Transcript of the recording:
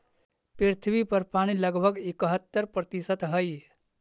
पृथ्वी पर पानी लगभग इकहत्तर प्रतिशत हई